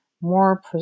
more